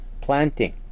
planting